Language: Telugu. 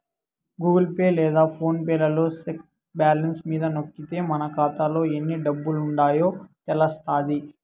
గూగుల్ పే లేదా ఫోన్ పే లలో సెక్ బ్యాలెన్స్ మీద నొక్కితే మన కాతాలో ఎన్ని డబ్బులుండాయో తెలస్తాది